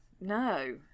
no